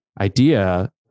idea